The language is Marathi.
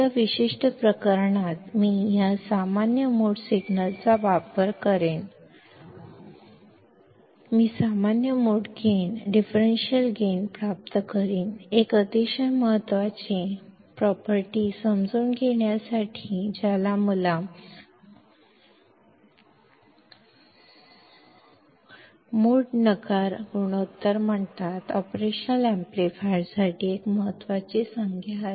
तर या विशिष्ट प्रकरणात मी या सामान्य मोड सिग्नलचा वापर करेन मी सामान्य मोड गेन डिफरेंशियल गेन प्राप्त करीन एक अतिशय महत्वाची मालमत्ता समजून घेण्यासाठी ज्याला सामान्य मोड नकार गुणोत्तर म्हणतात ऑपरेशनल अॅम्प्लीफायरसाठी एक अतिशय महत्वाची संज्ञा